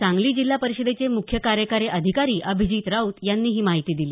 सांगली जिल्हा परिषदेचे मुख्य कार्यकारी अधिकारी अभिजित राऊत यांनी ही माहिती दिली